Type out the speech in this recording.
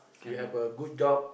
you have a good job